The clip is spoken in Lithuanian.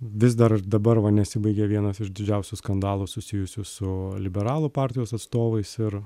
vis dar ir dabar va nesibaigė vienas iš didžiausių skandalų susijusių su liberalų partijos atstovais ir